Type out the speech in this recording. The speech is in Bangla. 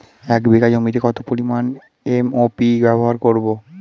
এক বিঘা জমিতে কত পরিমান এম.ও.পি ব্যবহার করব?